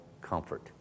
comfort